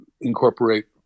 incorporate